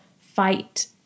fight